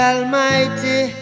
Almighty